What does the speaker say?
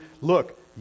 look